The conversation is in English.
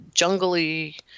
jungly